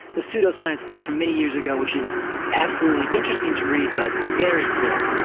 a pseudoscience book from many years ago, which is absolutely interesting to read, but very silly.